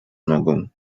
nogą